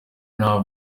nta